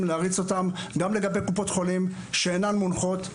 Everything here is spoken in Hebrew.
להריץ גם לגבי קופות חולים שאינן מונחות,